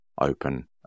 open